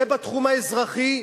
ובתחום האזרחי,